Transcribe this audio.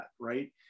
right